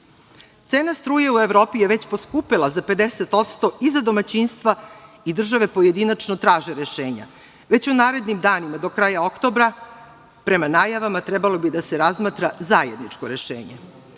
struje u Evropi je već poskupela za 50% i za domaćinstva i države pojedinačno traže rešenja. Već u narednim danima, do kraja oktobra, prema najavama trebalo bi da se razmatra zajedničko rešenje. Našla